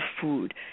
food